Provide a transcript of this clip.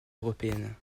européenne